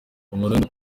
umurundi